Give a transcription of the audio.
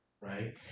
Right